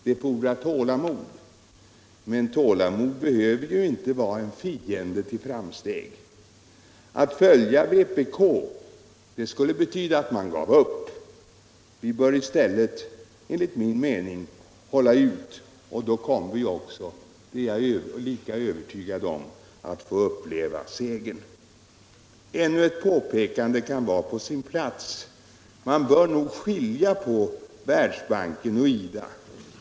Det fordrar tålamod. Men tålamod behöver inte vara en fiende ti framsteg. Att följa vpk vore att ge upp. Vi bör i stället enligt min men:ng hålla ut. Då kommer vi också. det är jag övertygad om, att få uppleva segern. Ännu ett påpekande kan vara på sin plats. Man bör skilja på Världsbanken och IDA.